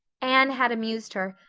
anne had amused her,